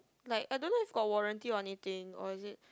like I don't know if got warranty or anything or is it